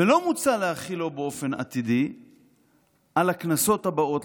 ולא מוצע להחילו באופן עתידי על הכנסות הבאות,